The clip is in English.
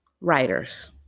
writers